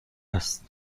است